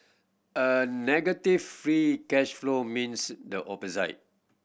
a negative free cash flow means the opposite